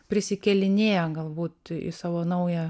persikėlinėja galbūt į savo naują